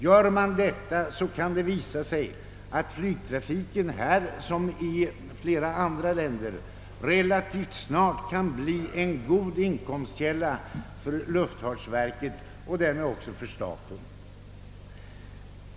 Gör man detta kan det visa sig att flygtrafiken här som i flera andra länder relativt snart kan bli en god inkomstkälla för luftfartsverket och därmed också för staten.